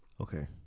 Okay